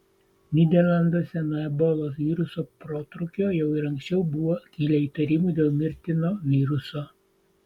nyderlanduose nuo ebolos viruso protrūkio jau ir anksčiau buvo kilę įtarimų dėl mirtino viruso